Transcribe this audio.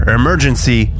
emergency